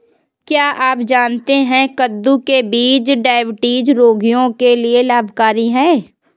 क्या आप जानते है कद्दू के बीज डायबिटीज रोगियों के लिए लाभकारी है?